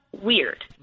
weird